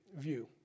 view